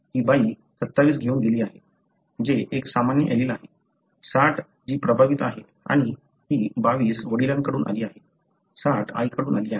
ही बाई 27 घेऊन गेली आहे जे एक सामान्य एलील आहे 60 जी प्रभावित आहे आणि ही 22 वडिलांकडून आली आहे 60 आईकडून आली आहे